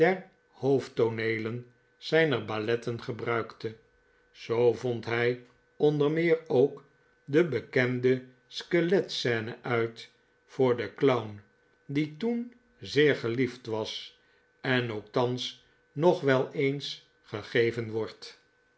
hoofdtooneelen zu'ner balletten gebruikte zoo vond hj onder meer ook de bekende skelet scene uit voor den clown die toen zeer geliefd was en ook thans nog wel eens gegeven wordt